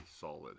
solid